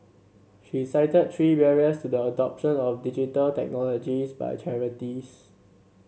she cited three barriers to the adoption of Digital Technologies by charities